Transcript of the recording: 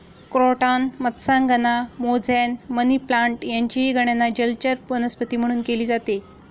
croton मत्स्यांगना, mosaic, money plant यांचीही गणना जलचर वनस्पती म्हणून केली जाते